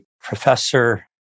professor